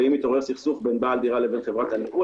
ואם מתעורר סכסוך בין בעל דירה לבין חברת הניהול,